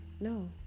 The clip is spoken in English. no